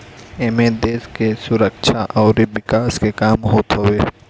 एमे देस के सुरक्षा अउरी विकास के काम होत हवे